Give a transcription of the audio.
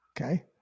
Okay